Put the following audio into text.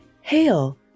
Hail